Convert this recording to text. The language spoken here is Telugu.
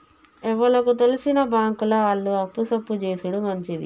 ఎవలకు తెల్సిన బాంకుల ఆళ్లు అప్పు సప్పు జేసుడు మంచిది